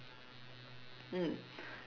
mm